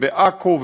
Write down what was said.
ובעכו,